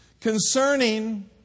concerning